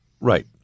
Right